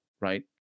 right